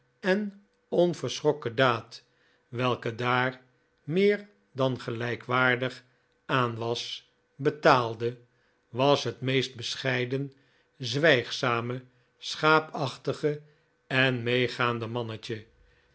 en onverschrokken daad welke daar meer dan gelijkwaardig aan was betaalde was het meest bescheiden zwijgzame schaapachtige en meegaande mannetje